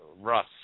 Russ